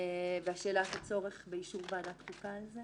שאלת הצורך באישור ועדת חוקה על זה